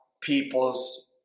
people's